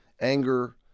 Anger